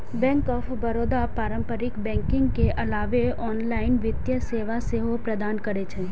bank of Baroda पारंपरिक banking के अलावे ऑनलाइन वित्तीय सेवा सेहो प्रदान करै छै